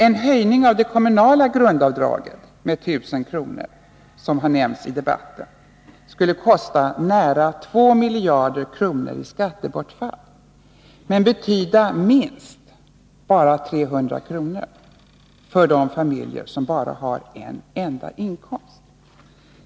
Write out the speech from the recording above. En höjning av det kommunala grundavdraget med 1 000 kr., som har nämnts i debatten, skulle kosta nära 2 miljarder kronor i skattebortfall men betyda minst — endast 300 kr. — för de familjer som bara har en enda inkomst.